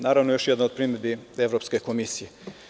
Naravno, još jedna od primedbi evropske komisije.